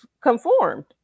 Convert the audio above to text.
conformed